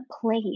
place